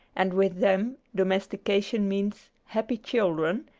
and with them domestication means happy children,